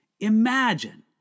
Imagine